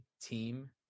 team